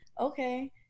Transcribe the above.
okay